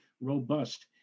robust